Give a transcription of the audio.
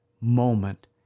moment